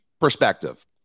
perspective